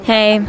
Hey